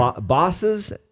bosses